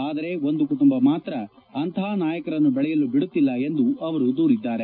ಆದರೆ ಒಂದು ಕುಟುಂಬ ಮಾತ್ರ ಅಂತಹ ನಾಯಕರನ್ನು ಬೆಳೆಯಲು ಬಿಡುತ್ತಿಲ್ಲ ಎಂದು ಅವರು ದೂರಿದ್ದಾರೆ